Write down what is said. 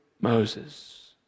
Moses